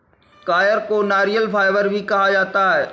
coir को नारियल fibre भी कहा जाता है